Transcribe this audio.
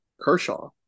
Kershaw